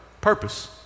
purpose